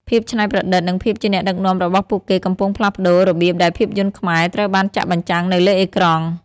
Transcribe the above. ភាពច្នៃប្រឌិត និងភាពជាអ្នកដឹកនាំរបស់ពួកគេកំពុងផ្លាស់ប្តូររបៀបដែលភាពយន្តខ្មែរត្រូវបានចាក់បញ្ជាំងនៅលើអេក្រង់។